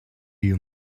you